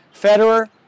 Federer